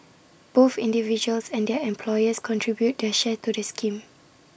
both individuals and their employers contribute their share to the scheme